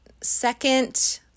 second